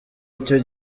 icyo